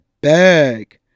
bag